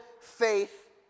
faith